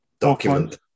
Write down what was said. document